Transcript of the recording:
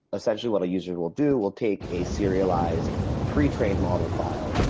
essentially, what a user will do, will take a serialized pre-trained model file,